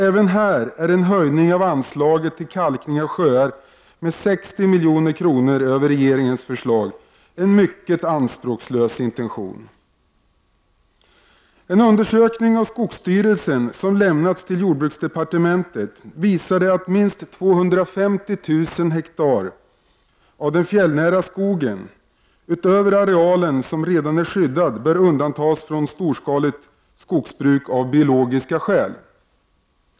Även här är en höjning av anslaget till kalkning av sjöar med 60 milj.kr. utöver regeringens förslag en mycket anspråkslös intention. En undersökning som skogsstyrelsen gjort och som lämnats till jordbruksdepartementet visar att minst 250 000 hektar av den fjällnära skogen, utöver den areal som redan är skyddad, bör av biologiska skäl undantas från storskaligt skogsbruk.